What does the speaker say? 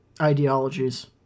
ideologies